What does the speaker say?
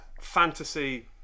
fantasy